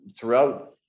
throughout